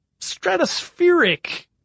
stratospheric